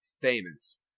famous